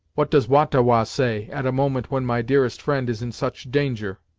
what does wah-ta-wah say, at a moment when my dearest friend is in such danger.